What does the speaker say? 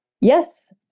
Yes